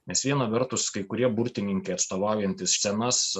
nes viena vertus kai kurie burtininkai atstovaujantys senas